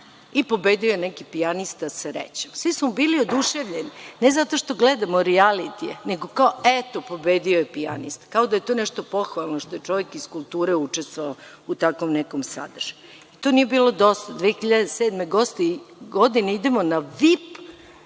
Pobedio je neki pijanista, srećom. Svi su bili oduševljeni, ne zato što gledamo rijalitije, nego eto, pobedio je pijanista, kao da je to nešto pohvalno što je čovek iz kulture učestvovao u takvom nekom sadržaju. To nije bilo dosta. Godine 2007. godine idemo na VIP